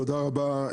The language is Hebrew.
תודה רבה.